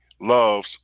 loves